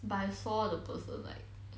but I saw the person like